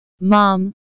mom